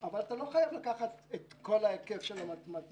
אבל אתה לא חייב לקחת את כל ההיקף במתמטיקה.